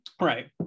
Right